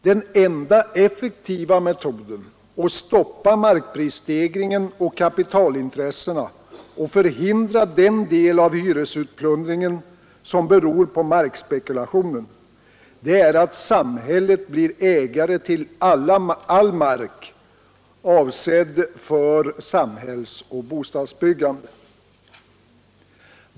Den enda effektiva metoden att stoppa markprisstegringen och kapitalintressena och att förhindra den del av hyresutplundringen som beror på markspekulationen är att samhället blir ägare till all mark avsedd för samhällsoch bostadsbyggande.